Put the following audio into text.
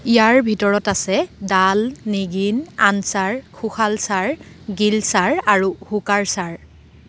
ইয়াৰ ভিতৰত আছে দাল নিগিন আনচাৰ খুশালচাৰ গিলচাৰ আৰু হোকাৰচাৰ